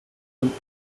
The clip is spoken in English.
people